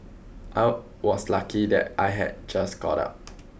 I was lucky that I had just got up